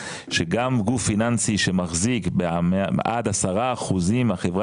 שגם גוף פיננסי שמחזיק עד 10 אחוזים מהחברה